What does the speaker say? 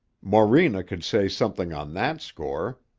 morena could say something on that score.